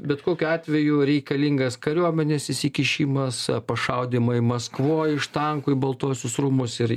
bet kokiu atveju reikalingas kariuomenės įsikišimas pašaudymai maskvoj iš tankų į baltuosius rūmus ir